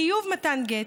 חיוב מתן גט,